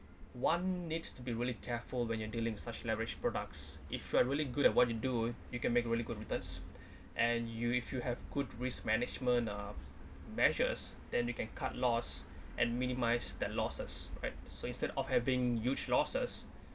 one needs to be really careful when you're dealing such leverage products if you are really good at what you do you can make really good returns and you if you have good risk management uh measures than you can cut loss and minimise that losses right so instead of having huge losses